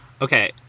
Okay